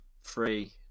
Three